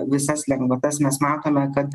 visas lengvatas mes matome kad